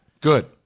Good